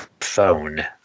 phone